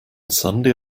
sunday